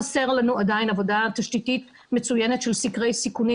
חסר לנו עדיין עבודה תשתיתית מצוינת של סקרי סיכונים.